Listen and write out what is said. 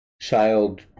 Child